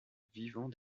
vivant